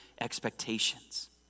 expectations